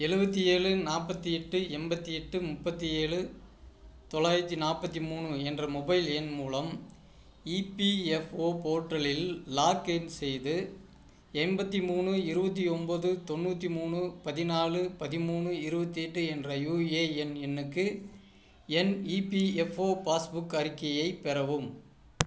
எழுவத்தி ஏழு நாற்பத்தி எட்டு எண்பத்தி எட்டு முப்பத்து ஏழு தொள்ளாயிரத்து நாற்பத்தி மூணு என்ற மொபைல் எண் மூலம் இபிஎஃப்ஓ போர்ட்டலில் லாக்இன் செய்து எண்பத்தி மூணு இருபத்தி ஒம்பது தொண்ணூற்றி மூணு பதினாலு பதிமூணு இருபத்தி எட்டு என்ற யுஏஎன் எண்ணுக்கு என் இபிஎஃப்ஓ பாஸ்புக் அறிக்கையை பெறவும்